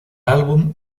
álbum